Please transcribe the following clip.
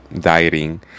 dieting